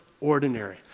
ordinary